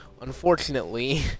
unfortunately